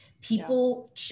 people